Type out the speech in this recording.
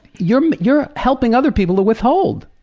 you're you're helping other people to withhold.